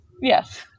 Yes